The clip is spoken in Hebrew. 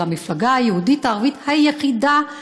אלא המפלגה היהודית-ערבית היחידה,